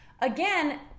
Again